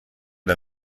der